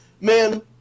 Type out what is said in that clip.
man